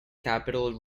capital